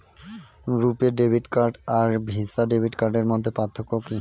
রূপে debit card আর Visa debit কার্ডের মধ্যে পার্থক্য কি?